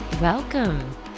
Welcome